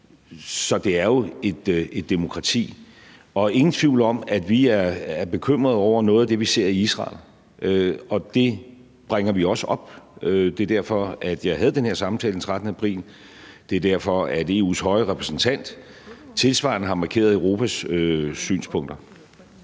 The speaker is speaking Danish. Så det er jo et demokrati. Der er ingen tvivl om, at vi er bekymrede over noget af det, vi ser i Israel, og det bringer vi også op. Det er derfor, at jeg havde den her samtale den 13. april. Det er derfor, at EU's høje repræsentant tilsvarende har markeret Europas synspunkter.